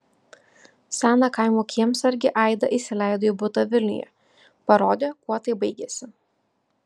seną kaimo kiemsargį aida įsileido į butą vilniuje parodė kuo tai baigėsi